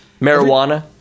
Marijuana